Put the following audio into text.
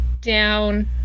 down